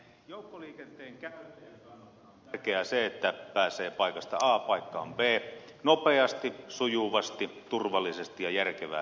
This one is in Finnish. joukkoliikenteen käyttäjän kannaltahan on tärkeää se että pääsee paikasta a paikkaan b nopeasti sujuvasti turvallisesti ja järkevään hintaan